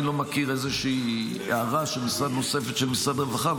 אני לא מכיר איזושהי הערה נוספת של משרד הרווחה.